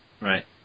Right